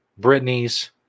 Britney's